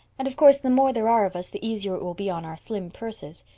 and, of course, the more there are of us the easier it will be on our slim purses.